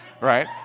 right